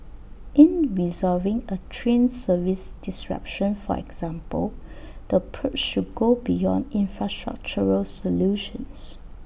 in resolving A train service disruption for example the approach should go beyond infrastructural solutions